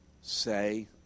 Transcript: say